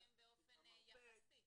המרפק,